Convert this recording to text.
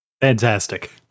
Fantastic